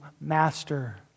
master